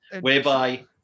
whereby